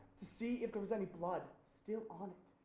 to see if there was any blood still on it.